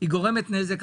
היא רק גורמת נזק.